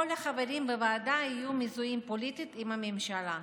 כל החברים בוועדה יהיו מזוהים פוליטית עם הממשלה,